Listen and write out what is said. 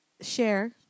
share